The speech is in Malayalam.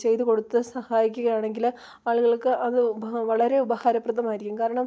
ചെയ്തു കൊടുത്ത് സഹായിക്കുക ആണെങ്കിൽ ആളുകൾക്ക് അത് വളരെ ഉപകാരപ്രദമായിരിക്കും കാരണം